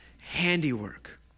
handiwork